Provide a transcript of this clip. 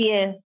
Yes